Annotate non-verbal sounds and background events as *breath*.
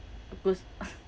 goose~ *breath*